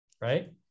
Right